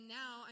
now